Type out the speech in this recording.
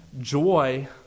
joy